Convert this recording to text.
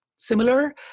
similar